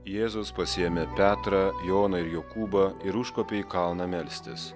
jėzus pasiėmė petrą joną ir jokūbą ir užkopė į kalną melstis